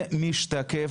זה משתקף